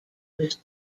was